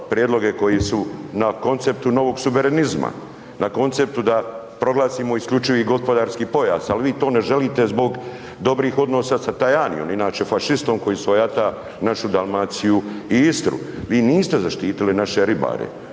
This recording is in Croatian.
prijedloge koji su na konceptu novog suverenizma, na konceptu da proglasimo isključivi gospodarski pojas, al vi to ne želite zbog dobrih odnosa sa Tajanijem inače fašistom koji svojata našu Dalmaciju i Istru. Vi niste zaštitili naše ribare.